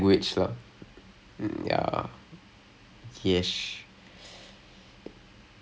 you are thinking of doing a language oh gosh okay நமக்கு அதுக்கும் ரொம்ப தூரம்:namakku athukkum romba thuram linguistic all